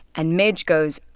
and midge goes,